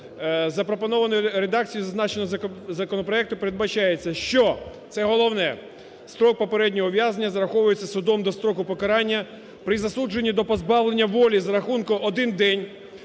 Запропонованою редакцію зазначеного законопроекту передбачається, що, це головне, строк попереднього ув'язнення зараховується судом до строку покарання при засудженні до позбавлення волі з рахунку: один день